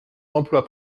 emploi